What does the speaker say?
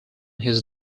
his